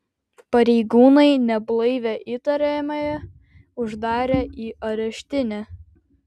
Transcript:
pareigūnai neblaivią įtariamąją uždarė į areštinę